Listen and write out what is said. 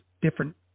different